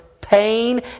pain